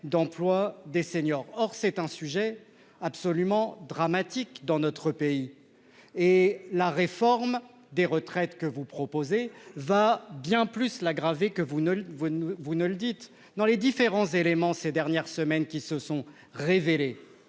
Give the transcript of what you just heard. d'emploi des seniors. Or, c'est un sujet absolument dramatique dans notre pays et la réforme des retraites que vous proposez va bien plus l'aggraver, que vous ne vous vous ne le dites dans les différents éléments ces dernières semaines qui se sont révélés